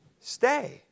stay